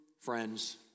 friends